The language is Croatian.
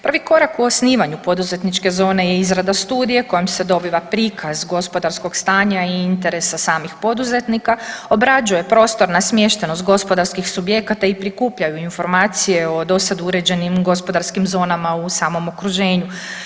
Prvi korak u osnivanju poduzetničke zone je izrada studije kojom se dobiva prikaz gospodarskog stanja i interesa samih poduzetnika, obrađuje prostor na smještenost gospodarskih subjekata i prikupljaju informacije o do sada uređenim gospodarskim zonama u samom okruženju.